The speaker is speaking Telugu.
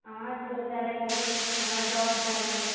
చూసాను అండి చూస్తున్నాను అండి